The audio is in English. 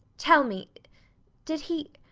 tell me did he